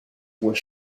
were